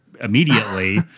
immediately